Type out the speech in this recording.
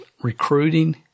recruiting